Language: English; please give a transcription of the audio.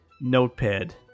notepad